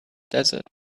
desert